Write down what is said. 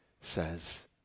says